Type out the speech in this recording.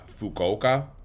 Fukuoka